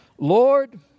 Lord